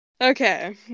Okay